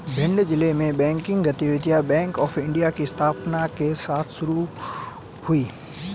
भिंड जिले में बैंकिंग गतिविधियां बैंक ऑफ़ इंडिया की स्थापना के साथ शुरू हुई